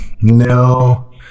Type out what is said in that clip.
No